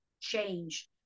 change